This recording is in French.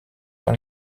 par